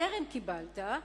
טרם קיבלת,